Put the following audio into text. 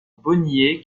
bonnier